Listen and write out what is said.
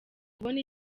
kubona